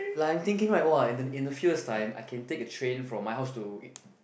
like I'm thinking like [wah] in a few years time I can take a train from my house to